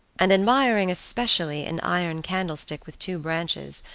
and admiring especially an iron candlestick with two branches,